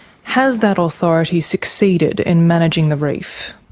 has that authority succeeded in managing the reef?